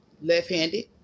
left-handed